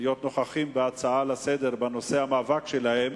להיות נוכחים בהצעה לסדר-היום בנושא המאבק שלהם.